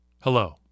Hello